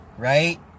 Right